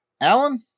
Alan